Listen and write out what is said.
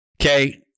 Okay